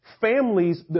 Families